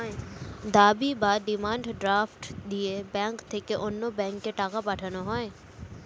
দাবি বা demand draft দিয়ে ব্যাংক থেকে অন্য ব্যাংকে টাকা পাঠানো হয়